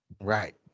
right